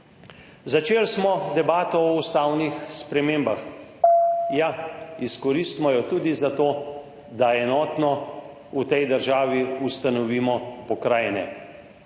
Začeli smo debato o ustavnih spremembah. Ja, izkoristimo jo tudi za to, da v tej državi enotno ustanovimo pokrajine,